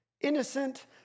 innocent